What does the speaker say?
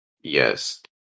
Yes